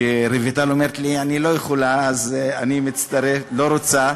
שרויטל אומרת לי: אני לא יכולה, אז אני, לא רוצה.